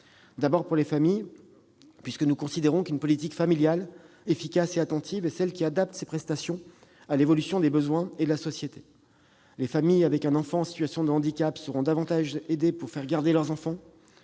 sociale. Pour les familles, d'abord. Nous considérons en effet qu'une politique familiale efficace et attentive est celle qui adapte ses prestations à l'évolution des besoins et de la société. Les familles avec un enfant en situation de handicap seront davantage aidées pour faire garder leur enfant.